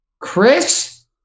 chris